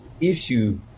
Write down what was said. issue